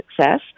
success